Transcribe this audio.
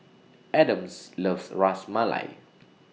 Adams loves Ras Malai